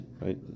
right